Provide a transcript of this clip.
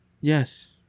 yes